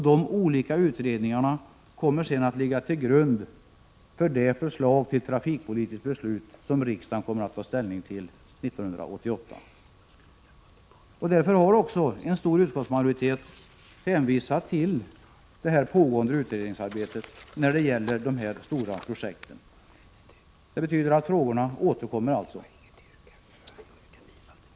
Dessa olika utredningar kommer sedan att ligga till grund för det förslag till trafikpolitiskt beslut som riksdagen kommer att ta ställning till 1988. En stor utskottsmajoritet har hänvisat till det pågående utredningsarbetet när det gäller dessa stora projekt. Det betyder alltså att frågorna återkommer.